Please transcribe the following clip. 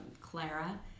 Clara